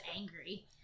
angry